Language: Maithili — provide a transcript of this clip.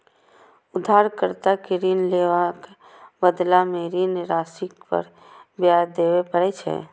उधारकर्ता कें ऋण लेबाक बदला मे ऋण राशि पर ब्याज देबय पड़ै छै